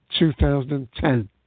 2010